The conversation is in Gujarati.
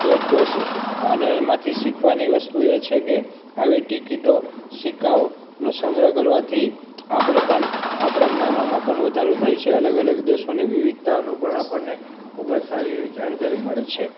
સેજ બસ એક અને એમાંથી શીખવાની વસ્તુ એ છે કે આવી ટિકીટો સિક્કાઓનો સંગ્રહ કરવાથી આપણે પણ આપણાં જ્ઞાનોમાં પણ વધારો થાય છે અલગ અલગ દેશોની વિવિધતાઓનું પણ ખૂબ જ સારી એવી જાણકારી મળે છે